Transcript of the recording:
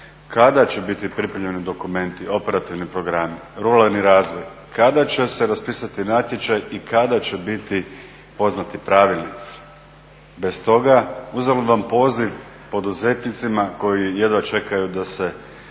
kada će biti pripremljeni dokumenti, operativni programi, ruralni razvoj. Kada će se raspisati natječaj i kada će biti poznati pravilnici? Bez toga uzalud vam poziv poduzetnicima koji jedva čekaju da se